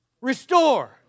restore